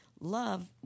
Love